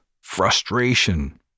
frustration